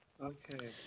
Okay